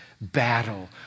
battle